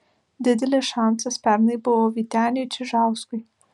didelis šansas pernai buvo vyteniui čižauskui